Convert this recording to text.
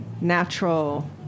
natural